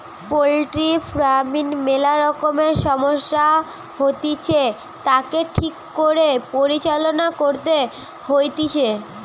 poultry farming ম্যালা রকমের সমস্যা হতিছে, তাকে ঠিক করে পরিচালনা করতে হইতিছে